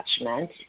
attachment